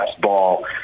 ball